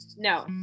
no